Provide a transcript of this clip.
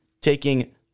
taking